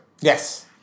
Yes